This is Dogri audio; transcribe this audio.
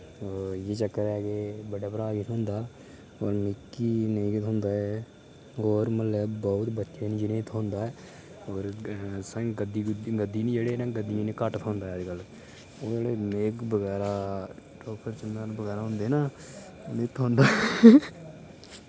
इ'यै चक्कर ऐ कि बड्डे भ्रा गी थोहंदा हून मिकी नेईं गै थोह्ंदा ऐ और म्हल्ले बोह्त बच्चे न जिनें गी थोह्ंदा ऐ होर गददी गुददी जेह्ड़े न गद्दियें गी घट थोह्ंदा अजकल्ल मेघ बगैरा ठोकर चमैर जेह्के होंदे नां उने